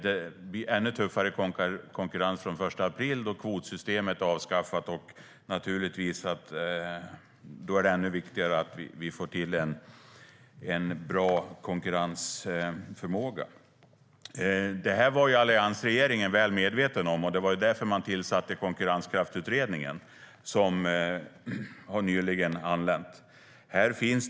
Det blev ännu tuffare konkurrens från den 1 april då kvotsystemet avskaffades. Och då är det ännu viktigare med en bra konkurrensförmåga. Det var alliansregeringen väl medveten om. Därför tillsattes Konkurrenskraftsutredningen, vars betänkande anlände nyligen. Jag visar det för kammarens ledamöter.